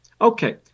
Okay